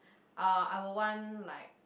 uh I would want like